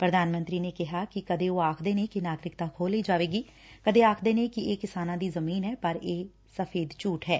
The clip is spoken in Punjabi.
ਪੁਧਾਨ ਮੰਤਰੀ ਨੇ ਕਿਹਾ ਕਿ ਕਦੇ ਉਹ ਆਖਦੇ ਨੇ ਕਿ ਨਾਗਰਿਕਤਾ ਖੋਹ ਲਈ ਜਾਵੇਗੀ ਕਦੇ ਆਖਦੇ ਨੇ ਕਿ ਇਹ ਕਿਸਾਨਾਂ ਦੀ ਜ਼ਮੀਨ ਐ ਪਰ ਇਹ ਸਫ਼ੇਦ ਝੁਠ ਐ